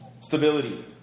Stability